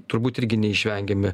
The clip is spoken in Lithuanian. turbūt irgi neišvengiami